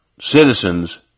citizens